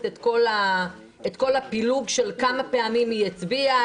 את כל הפילוג של כמה פעמים היא הצביעה,